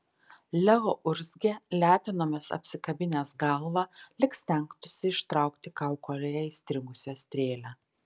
leo urzgė letenomis apsikabinęs galvą lyg stengtųsi ištraukti kaukolėje įstrigusią strėlę